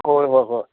ꯍꯣꯏ ꯍꯣꯏ ꯍꯣꯏ